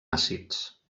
àcids